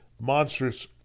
monstrous